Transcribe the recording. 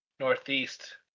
Northeast